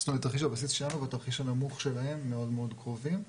זאת אומרת תרחיש הבסיס שלנו והתרחיש הנמוך שלהם מאוד מאוד קרובים,